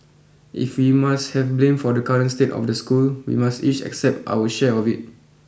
if we must have blame for the current state of the school we must each accept our share of it